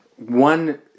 One